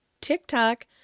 TikTok